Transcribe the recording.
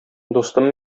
дустым